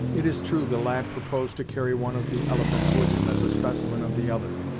it is true the lad proposed to carry one of the elephants with him, as a specimen of the other,